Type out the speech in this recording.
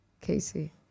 Casey